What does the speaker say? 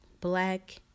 Black